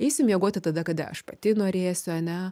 eisiu miegoti tada kada aš pati norėsiu ane